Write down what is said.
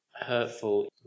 hurtful